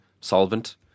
solvent